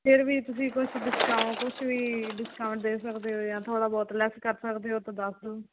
ਫਿਰ ਵੀ ਤੁਸੀਂ ਕੁਛ ਡਿਸਕਾਊਂਟ ਕੁਛ ਵੀ ਡਿਸਕਾਊਂਟ ਦੇ ਸਕਦੇ ਓ ਜਾਂ ਥੋੜਾ ਬਹੁਤ ਲੈੱਸ ਕਰ ਸਕਦੇ ਓ ਤਾਂ ਦੱਸ ਦੋ